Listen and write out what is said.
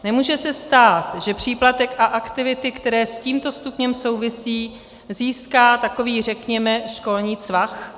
Nemůže se stát, že příplatek a aktivity, které s tímto stupněm souvisejí, získá takový, řekněme, školní Cvach?